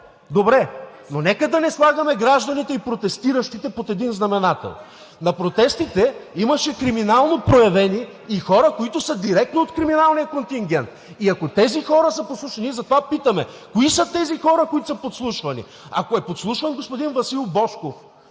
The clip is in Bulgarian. добре. Нека обаче да не слагаме гражданите и протестиращите под един знаменател. На протестите имаше криминално проявени и хора, които са директно от криминалния контингент. Ние затова питаме: кои са тези хора, които са подслушвани? Ако е подслушван господин Васил Божков